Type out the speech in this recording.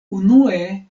unue